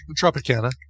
Tropicana